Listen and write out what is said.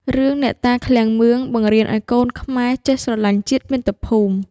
រឿងអ្នកតាឃ្លាំងមឿង បង្រៀនឱ្យកូនខ្មែរចេះស្រឡាញ់ជាតិមាតុភូមិ។